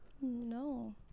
No